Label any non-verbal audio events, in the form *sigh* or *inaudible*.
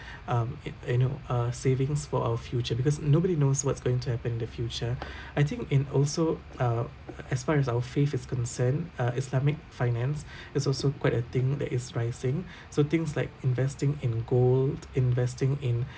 *breath* um it uh you know uh savings for our future because nobody knows what's going to happen in the future *breath* I think in also uh as far as our faith is concerned uh islamic finance *breath* is also quite a thing that is rising *breath* so things like investing in gold investing in